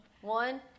One